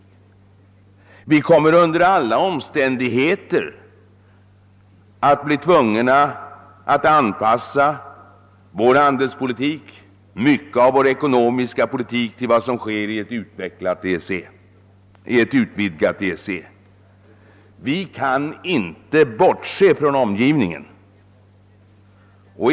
Vi kommer under alla omständigheter att bli tvungna att anpassa vår handelspolitik och mycket av vår ekonomiska politik till vad som sker i ett utvidgat EEC. Vi kan inte bortse från omgivningen.